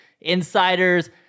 insiders